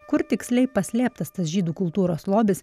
kur tiksliai paslėptas tas žydų kultūros lobis